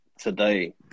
today